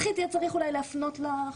מבחינת נוסח, יהיה צריך אולי להפנות לחוק.